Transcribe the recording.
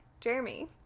jeremy